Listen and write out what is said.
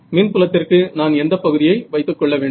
மின் புலத்திற்கு நான் எந்த பகுதியை வைத்துக்கொள்ள வேண்டும்